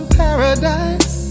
paradise